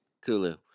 Kulu